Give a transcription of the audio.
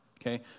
Okay